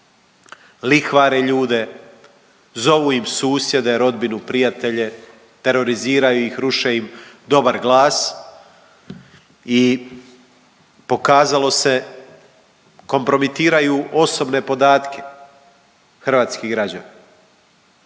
lihvare ljude, zovu im susjede, rodbinu, prijatelje teroriziraju ih, ruše im dobar glas. I pokazalo se kompromitiraju osobne podatke hrvatskih građana.